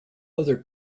other